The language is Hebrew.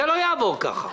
זה לא יעבור כך באוויר.